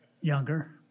younger